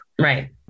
Right